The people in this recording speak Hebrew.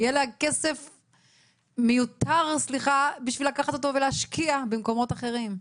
כי יהיה לה כסף "מיותר" בשביל לקחת ולהשקיע במקומות אחרים,